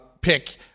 pick